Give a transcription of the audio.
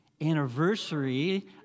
anniversary